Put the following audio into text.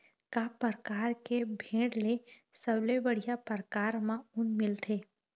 का परकार के भेड़ ले सबले बढ़िया परकार म ऊन मिलथे?